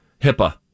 HIPAA